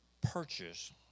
purchase